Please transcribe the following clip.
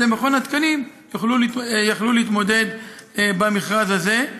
ידי מכון התקנים יכלו להתמודד במכרז הזה.